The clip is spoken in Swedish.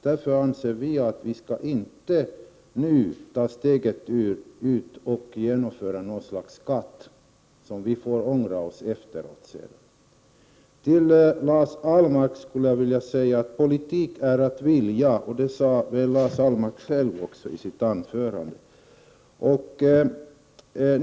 Därför anser vi att riksdagen inte nu bör ta steget att införa något slags skatt, som vi efteråt får ångra. Till Lars Ahlmark skulle jag vilja säga att politik är att vilja. Det sade Lars Ahlmark själv i sitt anförande.